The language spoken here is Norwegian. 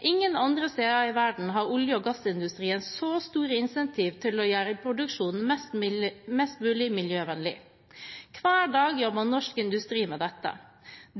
Ingen andre steder i verden har olje- og gassindustrien så store incentiver til å gjøre produksjonen mest mulig miljøvennlig. Hver dag jobber norsk industri med dette.